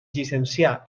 llicencià